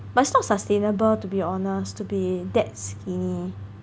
but it's not sustainable to be honest to be that skinny